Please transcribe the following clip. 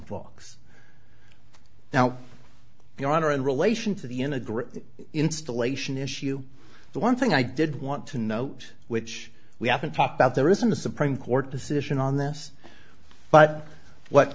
books now your honor in relation to the integral installation issue the one thing i did want to note which we haven't talked about there isn't a supreme court decision on this but what